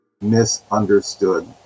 misunderstood